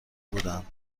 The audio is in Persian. بودند